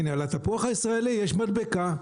הנה, על התפוח הישראלי יש מדבקה.